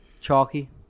Chalky